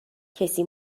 کسی